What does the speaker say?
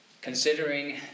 considering